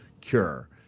cure